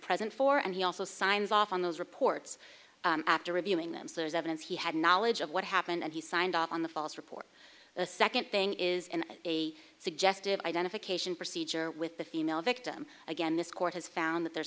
present for and he also signs off on those reports after reviewing them so there's evidence he had knowledge of what happened and he signed off on the false report the second thing is in a suggestive identification procedure with the female victim again this court has found that there is